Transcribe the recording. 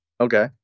Okay